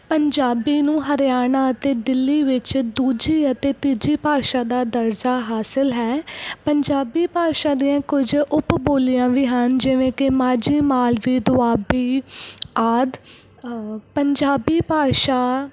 ਪੰਜਾਬੀ ਨੂੰ ਹਰਿਆਣਾ ਅਤੇ ਦਿੱਲੀ ਵਿੱਚ ਦੂਜੀ ਅਤੇ ਤੀਜੀ ਭਾਸ਼ਾ ਦਾ ਦਰਜਾ ਹਾਸਿਲ ਹੈ ਪੰਜਾਬੀ ਭਾਸ਼ਾ ਦੀਆਂ ਕੁਝ ਉੱਪ ਬੋਲੀਆਂ ਵੀ ਹਨ ਜਿਵੇਂ ਕਿ ਮਾਝੀ ਮਾਲਵੀ ਦੁਆਬੀ ਆਦਿ ਪੰਜਾਬੀ ਭਾਸ਼ਾ